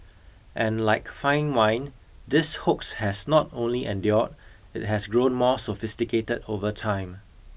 and like fine wine this hoax has not only endured it has grown more sophisticated over time